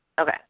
Okay